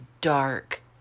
dark